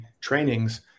trainings